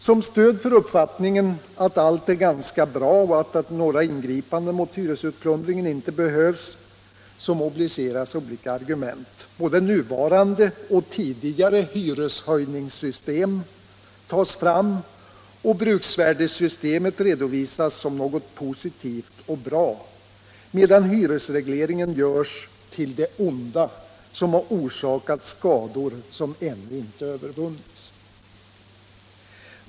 Som stöd för uppfattningen att allt är ganska bra och att några ingripanden mot hyresutplundringen inte behövs mobiliseras olika argument. Både nuvarande och tidigare hyreshöjningssystem tas fram och bruksvärdesystemet redovisas som något positivt och bra, medan hyresregleringen görs till det onda som har orsakat skador som ännu inte övervunnits.